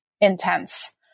intense